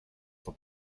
for